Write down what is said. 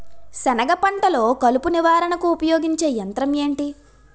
సెనగ పంటలో కలుపు నివారణకు ఉపయోగించే యంత్రం ఏంటి?